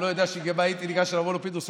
הוא לא ידע שגם הייתי ניגש אליו ואומר לו: פינדרוס,